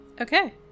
Okay